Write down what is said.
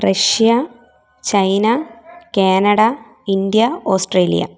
Russia China Canada India Australia